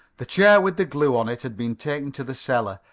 the chair, with the glue on it, had been taken to the cellar,